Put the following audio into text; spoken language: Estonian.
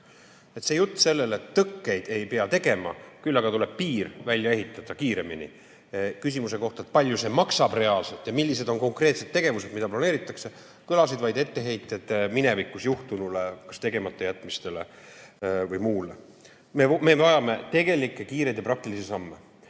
Jutt sellest, et tõkkeid ei pea tegema, küll aga tuleb piir välja ehitada kiiremini –küsimus oli, kui palju see maksab reaalselt ja millised on konkreetsed tegevused, mida planeeritakse. Aga kõlasid vaid etteheited minevikus juhtunule, kas tegematajätmistele või muule. Me vajame tegelikke, kiireid ja praktilisi samme.